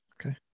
Okay